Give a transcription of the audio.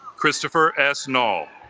christopher s. null